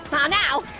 um ah no,